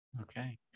Okay